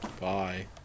Bye